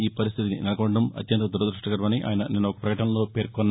ఈ పరిస్థితి నెలకొనడం అత్యంత దురదృష్టకరమని ఆయన నిన్న ఒక ప్రకటనలో పేర్కొన్నారు